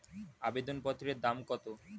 আবেদন পত্রের দাম কত?